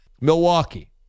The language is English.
Milwaukee